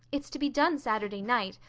it's to be done saturday night,